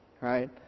right